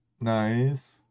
Nice